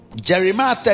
Jeremiah